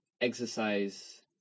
exercise